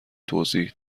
توضیح